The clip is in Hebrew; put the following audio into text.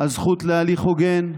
הזכות להליך הוגן,